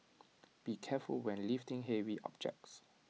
be careful when lifting heavy objects